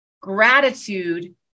gratitude